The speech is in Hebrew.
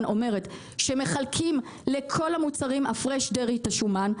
אומרת שמחלקים לכל המוצרים הטריים את השומן,